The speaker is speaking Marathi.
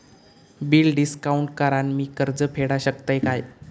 बिल डिस्काउंट करान मी कर्ज फेडा शकताय काय?